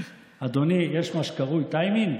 אדוני, יש מה שקרוי טיימינג.